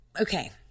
Okay